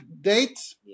date